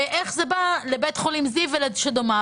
איך זה בא לבית חולים זיו ודומיו?